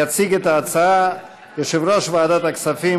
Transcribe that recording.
יציג את ההצעה יושב-ראש ועדת הכספים,